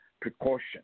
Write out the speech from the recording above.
precaution